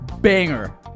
banger